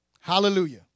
Hallelujah